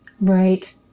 Right